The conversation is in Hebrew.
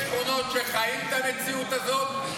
יש שכונות שחיים את המציאות הזאת,